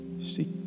seek